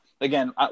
Again